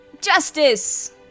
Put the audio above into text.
Justice